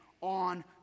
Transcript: on